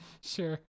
Sure